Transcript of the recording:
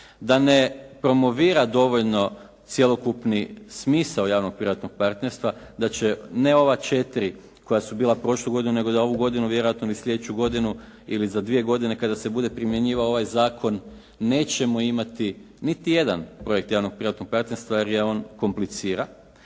da ne promovira dovoljno cjelokupni smisao javno-privatnog partnerstva. Da će ne ova četiri koja su bila prošlu godinu nego za ovu godinu vjerojatno ni sljedeću godinu ili za dvije godine kada se bude primjenjivao ovaj zakon nećemo imati niti jedan projekt javno-privatnog partnerstva jer je on kompliciran.